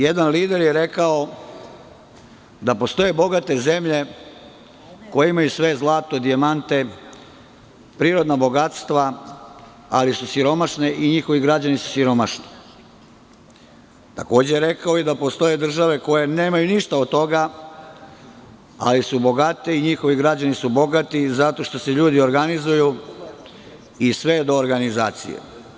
Jedan lider je rekao da postoje bogate zemlje, koje imaju svo zlato i dijamante, prirodna bogatstva, ali su siromašna i njihovi građani su siromašni, takođe je rekao da postoje države koje nemaju ništa od toga, ali su bogati i njihovi građani su bogati i zato što su ljudi organizovani, i sve je do organizacije.